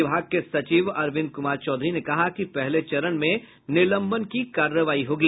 विभाग के सचिव अरविंद कुमार चौधरी ने कहा कि पहले चरण में निलंबन की कार्रवाई होगी